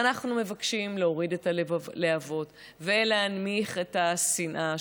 ואנחנו מבקשים להוריד את הלהבות ולהנמיך את השנאה,